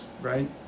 right